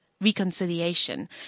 reconciliation